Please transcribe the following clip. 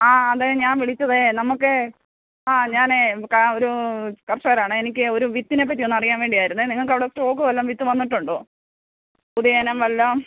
ആ അതെ ഞാൻ വിളിച്ചത് നമുക്ക് ആ ഞാൻ ക ഒരു കർഷകനാണ് എനിക്ക് ഒരു വിത്തിനെ പറ്റി ഒന്ന് അറിയാൻ വേണ്ടിയായിരുന്നു നിങ്ങൾക്കവിടെ സ്റ്റോക്ക് വല്ലോം വിത്ത് വന്നിട്ടുണ്ടോ പുതിയയിനം വല്ലോം